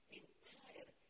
entire